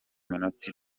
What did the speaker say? minota